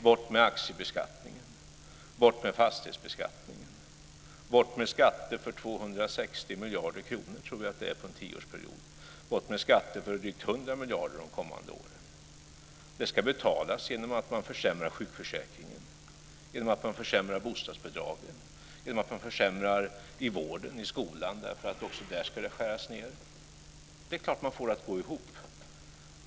Bort med aktiebeskattningen, bort med fastighetsbeskattningen. Bort med skatter för 260 miljarder kronor, tror jag att det är på en tioårsperiod. Bort med skatter för drygt 100 miljarder de kommande åren. Det ska betalas genom att man försämrar sjukförsäkringen, genom att man försämrar bostadsbidragen, genom att man försämrar i vården, i skolan. Också där ska det skäras ned. Det är klart att man får det att gå ihop.